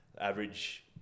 Average